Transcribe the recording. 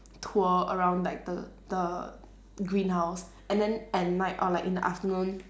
tour around like the the greenhouse and then at night or like in the afternoon